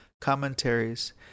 commentaries